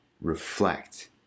reflect